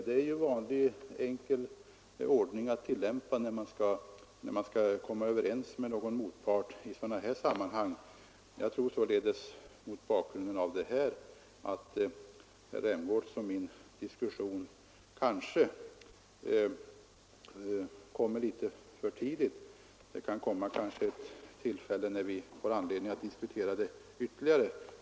Det är vanlig enkel ordning när man skall komma överens med någon motpart i sådana här sammanhang. Jag tror således att herr Rämgårds och min diskussion kommer litet för tidigt. Det kan bli andra tillfällen då vi får anledning att diskutera den här frågan ytterligare.